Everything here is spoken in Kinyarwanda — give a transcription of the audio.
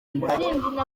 umurage